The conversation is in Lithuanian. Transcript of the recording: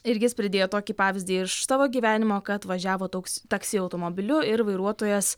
ir jis pridėjo tokį pavyzdį iš savo gyvenimo kad važiavo toks taksi automobiliu ir vairuotojas